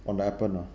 on the append uh